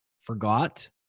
forgot